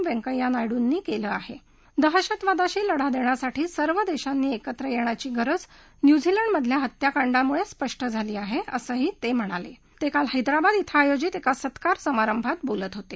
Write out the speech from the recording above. व्यंकय्या नायडूंनी क्लि आहा विहशतवादाशी लढा दघ्खासाठी सर्व दर्शांनी एकत्र यध्वाची गरज न्यूझीलंडमधल्या हत्याकांडामुळ इंपष्ट झाली आहा असंही त म्हणाला ते किल हैदराबाद इथं आयोजित एका सत्कार समारंभात बोलत होत